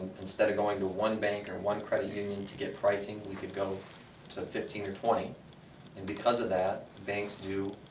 instead of going to one bank or one credit union to get pricing, we could go to fifteen or twenty and because of that banks do,